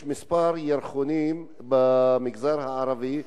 יש כמה ירחונים תרבותיים במגזר הערבי,